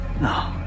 No